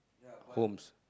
homes